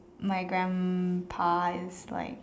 my grandpa is like